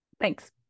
Thanks